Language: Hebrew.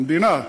המדינה,